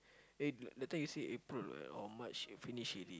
eh that time you say April what or March you finish already